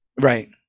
right